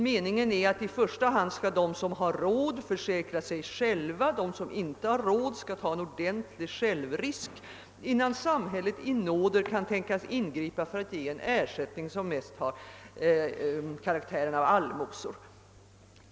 Meningen är i första hand att de som har råd skall försäkra sig själva, de som inte har råd skall ta en ordentlig självrisk innan samhället i nåder kan tänkas ingripa för att ge en ersättning som mest har karaktären av allmosor.